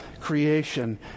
creation